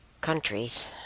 countries